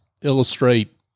illustrate